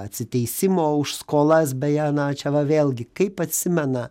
atsiteisimo už skolas beje na čia va vėlgi kaip atsimena